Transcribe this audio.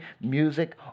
music